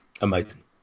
Amazing